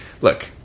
Look